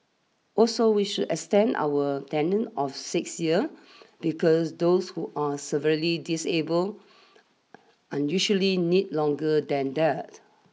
also we should extend our tenant of six year because those who are severely disable unusually need longer than that